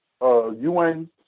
UN